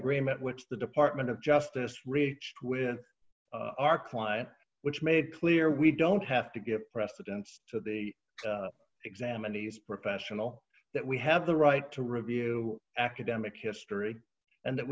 agreement which the department of justice reached within our client which made clear we don't have to give precedence so the examinees professional that we have the right to review academic history and that